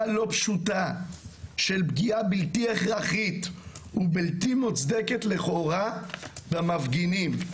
לא פשוטה של פגיעה בלתי הכרחית ובלתי מוצדקת לכאורה במפגינים".